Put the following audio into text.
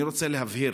אני רוצה להבהיר